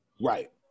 Right